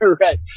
Right